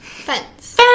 Fence